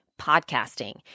podcasting